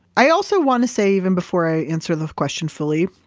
i also want to say even before i answer the question fully,